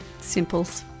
Simples